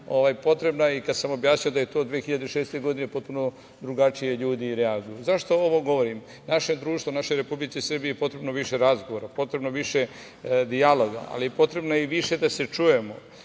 Kad sam objasnio da je to 2006. godini potpuno drugačije ljudi reaguju.Zašto ovo govorim? Našem društvu, našoj Republici Srbiji je potrebno više razgovora, potrebno je više dijaloga, ali je potrebno i više da se čujemo.